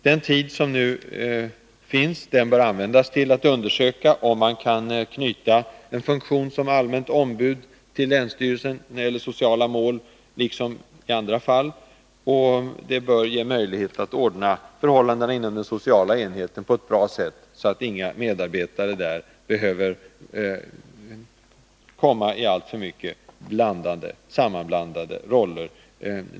Den tid som nu ges bör användas till att undersöka om man kan knyta en funktion som allmänt ombud för sociala mål till länsstyrelsen, såsom görs i andra fall. Det bör ge möjlighet att ordna förhållandena inom den sociala enheten på ett bra sätt, så att inga medarbetare där behöver åta sig flera roller som är svåra att förena.